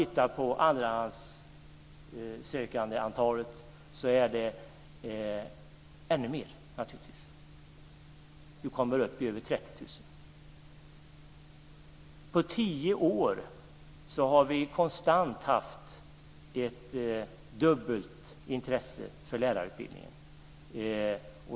Antalet andrahandssökande är naturligtvis ännu fler. Det kommer upp i över 30 000. På tio år har vi konstant haft ett dubbelt intresse för lärarutbildningen.